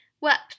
wept